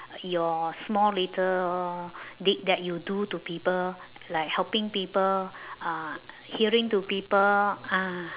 your small little deed that you do to people like helping people uh hearing to people ah